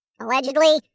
allegedly